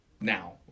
now